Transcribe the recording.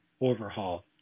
Overhaul